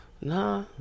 Nah